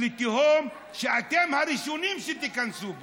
לתהום, שאתם הראשונים שתיכנסו בה.